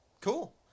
cool